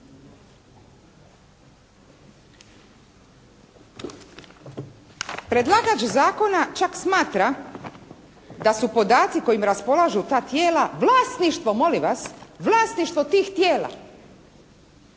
Predlagač zakona čak smatra da su podaci kojim raspolažu ta tijela vlasništvo molim vas, vlasništvo tih tijela.